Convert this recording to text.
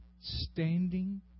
standing